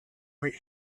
might